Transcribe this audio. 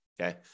okay